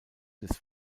des